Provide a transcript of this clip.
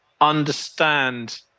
understand